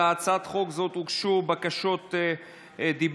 להצעת חוק זו הוגשו בקשות דיבור.